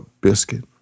biscuit